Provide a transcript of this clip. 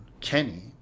Kenny